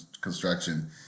construction